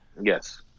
Yes